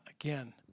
Again